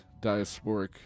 diasporic